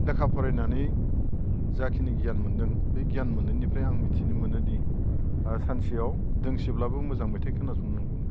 लेखा फरायनानै जाखिनि गियान मोन्दों बै गियान मोननायनिफ्राय आं मिथिनो मोनोदि सानसेयाव दोंसेब्लाबो मोजां मेथाइ खोनासंनांगौ